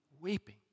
weeping